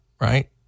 right